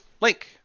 link